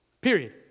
Period